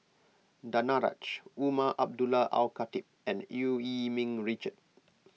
Danaraj Umar Abdullah Al Khatib and Eu Yee Ming Richard